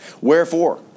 Wherefore